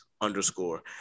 underscore